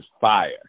fire